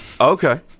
Okay